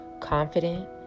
confident